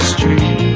Street